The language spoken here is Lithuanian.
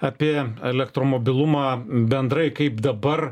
apie elektromobilumą bendrai kaip dabar